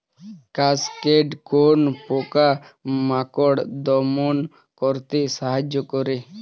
Cascade কোন পোকা মাকড় দমন করতে সাহায্য করে?